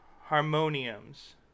harmoniums